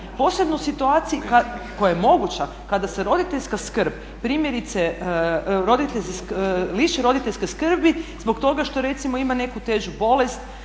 posebno u situaciji kada, koja je moguća kada se roditeljska skrb primjerice, roditelj se liši roditeljske skrbi zbog toga što recimo ima neku težu bolest,